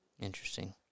interesting